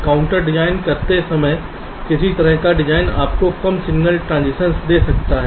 counter design करते समय किस तरह का डिज़ाइन आपको कम सिग्नल ट्रांजिशंस दे सकता है